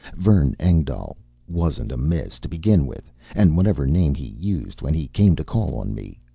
vern engdahl wasn't a miss, to begin with and whatever name he used when he came to call on me,